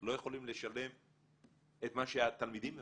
לא יכולים לשלם את מה שהתלמידים מבקשים.